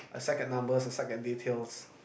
I suck at numbers I suck at details